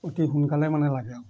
অতি সোনকালে মানে লাগে